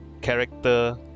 character